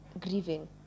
grieving